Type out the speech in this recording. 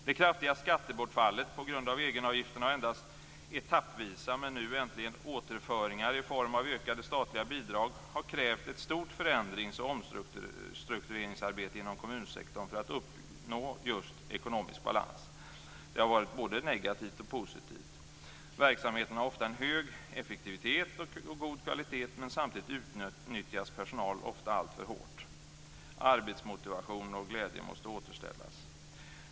Det kraftiga skattebortfallet på grund av egenavgifterna och endast etappvisa men nu äntligen inledda återföringar i form av ökade statliga bidrag har krävt ett stort förändrings och omstruktureringsarbete inom kommunsektorn för att uppnå ekonomisk balans. Det har varit både negativt och positivt. Verksamheten har ofta en hög effektivitet och god kvalitet, men samtidigt utnyttjas personal ofta alltför hårt. Arbetsmotivation och arbetsglädje måste återställas.